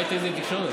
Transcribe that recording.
הייטק זה תקשורת.